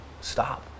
stop